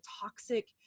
toxic